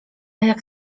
jak